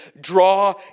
draw